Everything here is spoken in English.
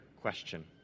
question